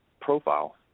profile